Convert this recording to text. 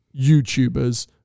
youtubers